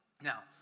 Now